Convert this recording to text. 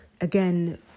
again